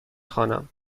خوانم